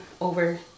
over